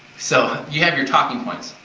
so, you have your talking points.